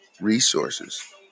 resources